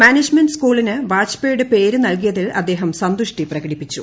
management സ്കൂളിന് വാജ്പേയിയുടെ പേര് നൽകിയതിൽ അദ്ദേഹം സന്തുഷ്ടി പ്രകടിപ്പിച്ചു